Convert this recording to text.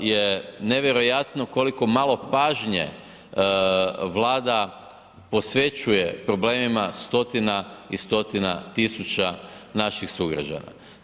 je nevjerojatno koliko malo pažnje Vlada posvećuje problemima stotina i stotina tisuća naših sugrađana.